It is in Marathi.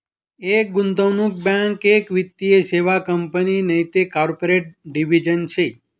एक गुंतवणूक बँक एक वित्तीय सेवा कंपनी नैते कॉर्पोरेट डिव्हिजन शे